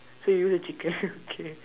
so you the chicken okay